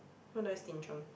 what do I stinge on